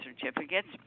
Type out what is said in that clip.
certificates